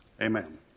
Amen